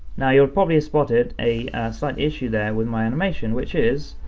now, you probably spotted a slight issue there with my animation, which is,